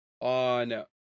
on